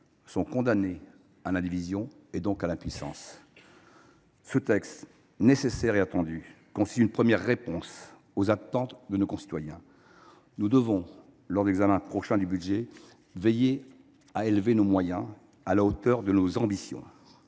sont condamnés à la division et donc à l’impuissance. Ce texte nécessaire et attendu constitue une première réponse aux attentes de nos concitoyens. Nous devrons, lors de l’examen prochain du budget, veiller à accroître nos moyens à la hauteur de nos ambitions.